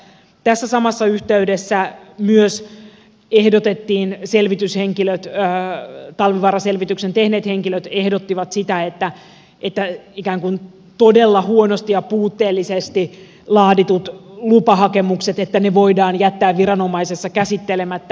tässä samassa yhteydessä talvivaara selvityksen tehneet henkilöt ehdottivat sitä että ikään kuin todella huonosti ja puutteellisesti laaditut lupahakemukset voidaan jättää viranomaisessa käsittelemättä